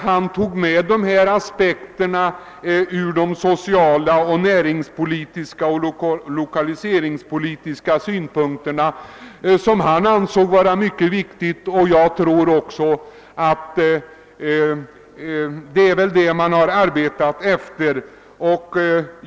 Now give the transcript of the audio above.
Han beaktade just de sociala, näringspolitiska och lokaliseringspolitiska aspekterna, som han ansåg vara mycket viktiga och som därefter har iakttagits.